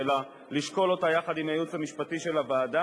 אלא לשקול אותה יחד עם הייעוץ המשפטי של הוועדה,